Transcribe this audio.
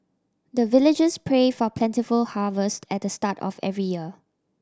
the villagers pray for plentiful harvest at the start of every year